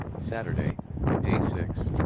saturday day six.